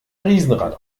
riesenrad